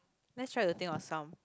let's try to think of some